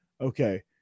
Okay